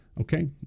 okay